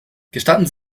gestatten